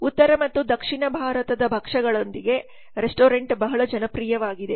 ಉತ್ತರ ಮತ್ತು ದಕ್ಷಿಣ ಭಾರತದ ಭಕ್ಷ್ಯಗಳೊಂದಿಗೆ ರೆಸ್ಟೋರೆಂಟ್ ಬಹಳ ಜನಪ್ರಿಯವಾಗಿದೆ